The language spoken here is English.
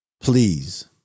Please